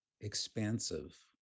expansive